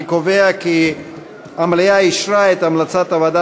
אני קובע כי המליאה אישרה את המלצת הוועדה